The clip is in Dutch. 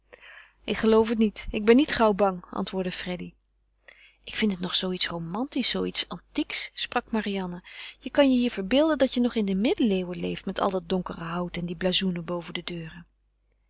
ik geloof het niet ik ben niet zoo gauw bang antwoordde freddy ik vind hier nog zoo iets romantisch zoo iets antieks sprak marianne je kan je hier verbeelden dat je nog in de middeleeuwen leeft met al dat donkere hout en die blazoenen boven de deuren